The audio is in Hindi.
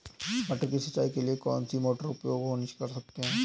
मटर की सिंचाई के लिए कौन सी मोटर का उपयोग कर सकते हैं?